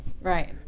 Right